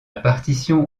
partition